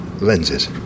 lenses